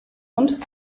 und